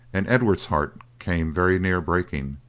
and edward's heart came very near breaking,